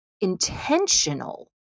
intentional